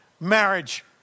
marriage